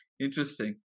Interesting